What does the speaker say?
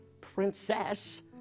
princess